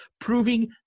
proving